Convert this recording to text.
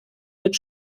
mit